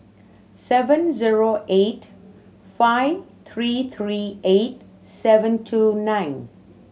seven zero eight five three three eight seven two nine